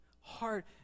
heart